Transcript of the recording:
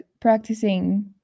practicing